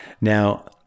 Now